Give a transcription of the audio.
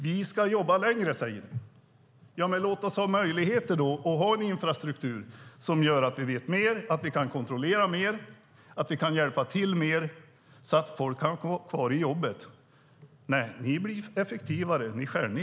Vi ska jobba längre, säger ni. Låt oss då ha möjligheter att ha en infrastruktur som gör att vi vet mer, kan kontrollera mer och hjälpa till mer, så att folk kan vara kvar på jobbet. Nej, ni blir effektivare - ni skär ned.